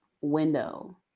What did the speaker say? Window